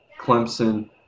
Clemson